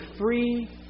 free